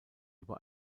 über